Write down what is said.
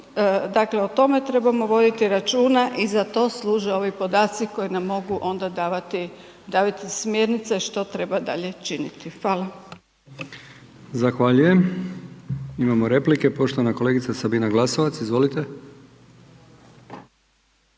dakle o tome trebamo voditi računa i za to služe ovi podaci koji nam mogu onda davati smjernice što treba dalje činiti. Hvala. **Brkić, Milijan (HDZ)** Zahvaljujem. Imamo replike. Poštovana kolegica Sabina Glasovac. Izvolite.